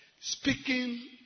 Speaking